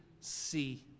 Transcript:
see